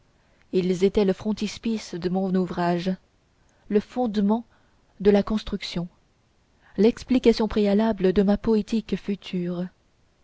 ils étaient le frontispice de mon ouvrage le fondement de la construction l'explication préalable de ma poétique future